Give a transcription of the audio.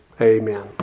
Amen